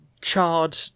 charred